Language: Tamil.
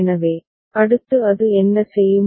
எனவே அடுத்து அது என்ன செய்யும்